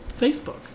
Facebook